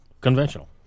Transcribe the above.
conventional